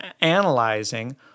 analyzing